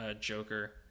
Joker